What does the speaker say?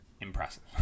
Impressive